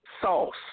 sauce